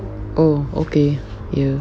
oh okay ya